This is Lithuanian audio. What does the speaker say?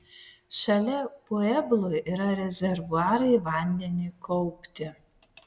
šalia pueblų yra rezervuarai vandeniui kaupti